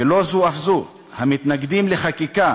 ולא זו אף זו, המתנגדים לחקיקה